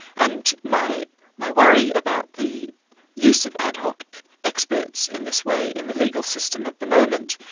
and my my worry about the use of ad hoc experts in this way in the legal system at the moment,